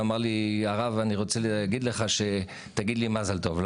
אמר לי הרב אני רוצה להגיד לך שתגיד לי מזל טוב,